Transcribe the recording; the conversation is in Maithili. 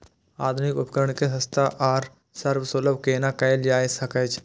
आधुनिक उपकण के सस्ता आर सर्वसुलभ केना कैयल जाए सकेछ?